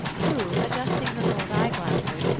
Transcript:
who, adjusting her gold eye-glasses,